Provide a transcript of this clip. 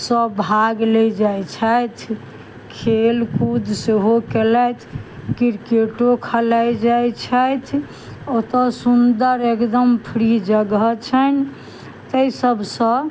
सब भाग लै जाइ छथि खेलकूद सेहो केलथि क्रिकेटो खलाइ जाइ छथि ओतऽ सुन्दर एकदम फ्री जगह छनि तैॅं सबसँ